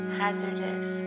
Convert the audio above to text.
hazardous